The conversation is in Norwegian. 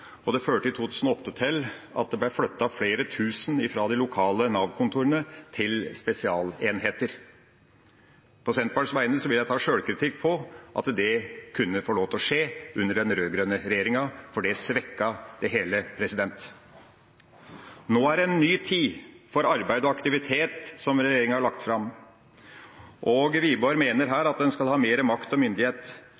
Det førte i 2008 til at det ble flyttet flere tusen fra de lokale Nav-kontorene til spesialenheter. På Senterpartiets vegne vil jeg ta sjølkritikk på at det kunne få lov til å skje under den rød-grønne regjeringa, for det svekket det hele. Nå er det «en ny tid – for arbeid og aktivitet» – meldinga regjeringa har lagt fram. Wiborg mener her